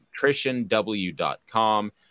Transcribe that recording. NutritionW.com